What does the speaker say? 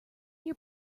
your